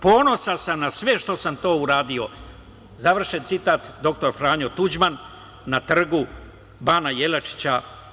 Ponosan sam na sve to što sam uradio, završen citat dr. Franjo Tuđman, na Trgu Bana Jelačića.